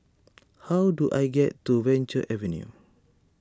how do I get to Venture Avenue